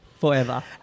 forever